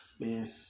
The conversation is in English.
man